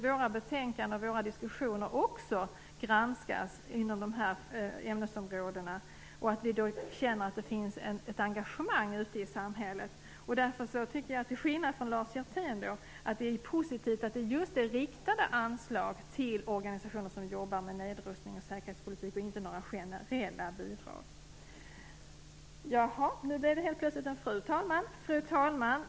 Våra betänkanden och våra diskussioner inom de här ämnesområdena granskas också. Då kan vi känna att det finns ett engagemang ute i samhället. Därför tycker jag, till skillnad från Lars Hjertén, att det är positivt att det just är riktade anslag till organisationer som jobbar med nedrustning och säkerhetspolitik och inte några generella bidrag. Fru talman!